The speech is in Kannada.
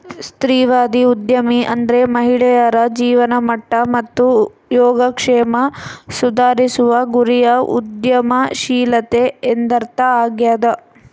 ಸ್ತ್ರೀವಾದಿ ಉದ್ಯಮಿ ಅಂದ್ರೆ ಮಹಿಳೆಯರ ಜೀವನಮಟ್ಟ ಮತ್ತು ಯೋಗಕ್ಷೇಮ ಸುಧಾರಿಸುವ ಗುರಿಯ ಉದ್ಯಮಶೀಲತೆ ಎಂದರ್ಥ ಆಗ್ಯಾದ